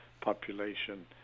population